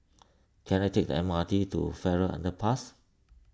can I take the M R T to Farrer Underpass